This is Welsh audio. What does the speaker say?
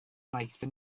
wnaethon